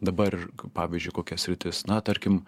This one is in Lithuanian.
dabar pavyzdžiui kokia sritis na tarkim